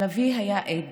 אבל אבי היה עד,